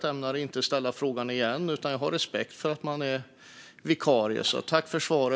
Jag ämnar inte ställa frågan igen, utan jag har respekt för att man är vikarie.